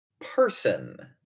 person